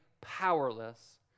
powerless